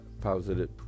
positive